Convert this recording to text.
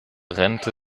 rente